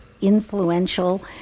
influential